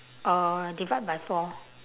uh divide by four